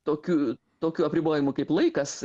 tokių tokių apribojimų kaip laikas